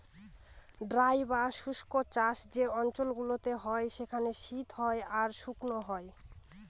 dry বা শুস্ক চাষ যে অঞ্চল গুলোতে হয় সেখানে শীত হয় আর শুকনো হয়